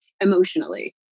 emotionally